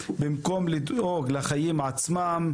במקום לדאוג לחיים עצמם,